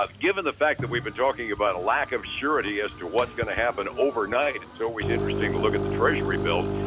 given the fact that we've been talking about a lack of surety as to what's going to happen overnight, it's always interesting to look at the treasury bills.